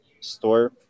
store